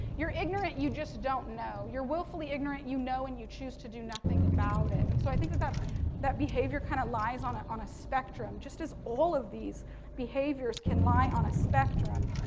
you're ignorant, you just don't know, you're willfully ignorant, you know and you choose to do nothing about it. and so, i think that that that behavior kind of lies on on a spectrum just as all of these behaviors can lie on a spectrum.